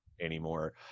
anymore